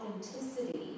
authenticity